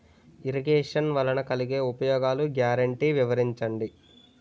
Irrigation వలన కలిగే ఉపయోగాలు గ్యారంటీ వివరించండి?